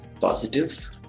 positive